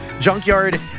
junkyard